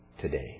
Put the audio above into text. today